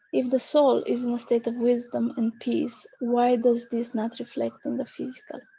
if the soul is in a state of wisdom and peace, why does this not reflect in the physical?